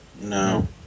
no